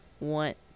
want